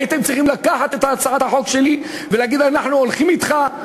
הייתם צריכים לקחת את הצעת החוק שלי ולהגיד: אנחנו הולכים אתך.